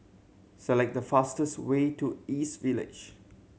select the fastest way to East Village